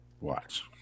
Watch